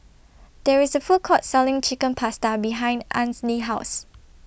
There IS A Food Court Selling Chicken Pasta behind Ainsley's House